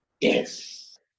Yes